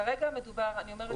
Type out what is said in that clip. כרגע מדובר אני אומרת שוב,